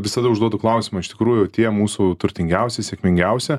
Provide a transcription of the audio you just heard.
visada užduodu klausimą iš tikrųjų tie mūsų turtingiausi sėkmingiausia